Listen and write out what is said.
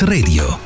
Radio